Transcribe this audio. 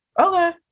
Okay